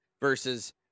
versus